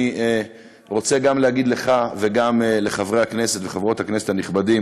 אני רוצה להגיד גם לך וגם לחברי הכנסת וחברות הכנסת הנכבדים: